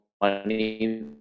money